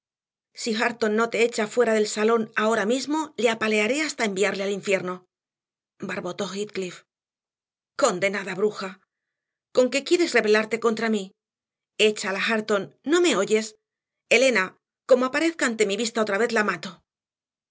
si hareton no te echa fuera del salón ahora mismo le apalearé hasta enviarle al infierno barbotó heathcliff condenada bruja conque quieres rebelarte contra mí échala hareton no me oyes elena como aparezca ante mi vista otra vez la mato